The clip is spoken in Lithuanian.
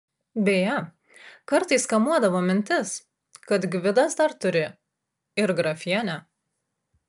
beje kartais kamuodavo mintis kad gvidas dar turi ir grafienę